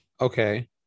Okay